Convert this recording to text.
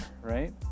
right